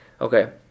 Okay